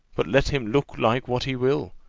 but let him look like what he will,